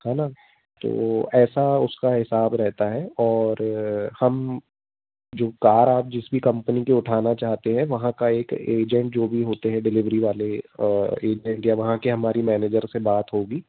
है ना तो ऐसा उसका हिसाब रहता है और हम जो कार आप जिस भी कम्पनी की उठाना चाहते हैं वहाँ का एक एजेंट जो भी होते हैं डेलेवरी वाले एजेंट या वहाँ के हमारी मैनेजर से बात होगी